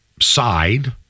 side